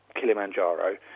Kilimanjaro